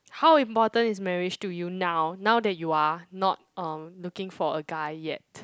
how important is marriage to you now now that you are not uh looking for a guy yet